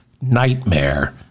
nightmare